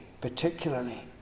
particularly